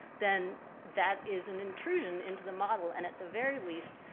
then that is an intrusion into the model. and at the very least,